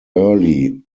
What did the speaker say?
early